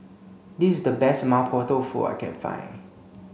this is the best Mapo Tofu I can find